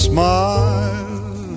Smile